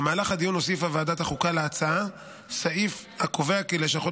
במהלך הדיון הוסיפה ועדת החוקה להצעה סעיף הקובע כי לשכות